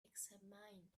examined